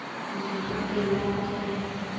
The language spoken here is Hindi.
बीमा के लाभ क्या हैं?